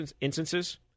instances